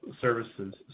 services